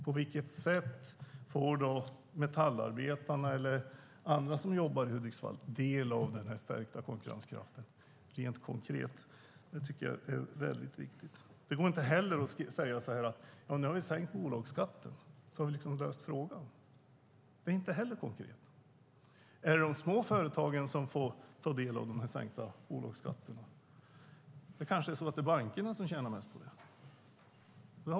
På vilket sätt får metallarbetarna eller andra som jobbar i Hudiksvall del av den här stärkta konkurrenskraften, rent konkret? Det är väldigt viktigt. Det går inte heller att säga: Nu har vi sänkt bolagsskatten, så vi har löst frågan. Det är inte heller konkret. Är det de små företagen som får ta del av den sänkta bolagsskatten? Det kanske är så att det är bankerna som tjänar mest på det?